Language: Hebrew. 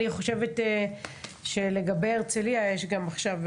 אני חושבת שלגבי הרצליה יש גם עכשיו,